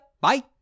Bye